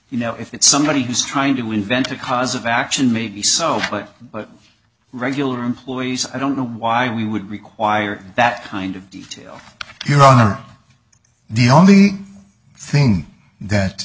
you know if it's somebody who's trying to invent a cause of action maybe so regular employees i don't know why we would require that kind of detail your honor the only thing that